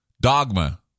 Dogma